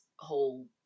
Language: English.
whole